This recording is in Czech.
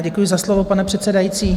Děkuji za slovo, pane předsedající.